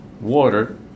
water